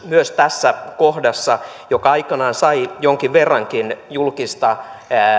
myös tässä kohdassa joka aikanaan sai jonkin verrankin julkista